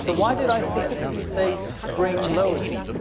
so why did i specifically say spring loaded?